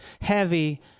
heavy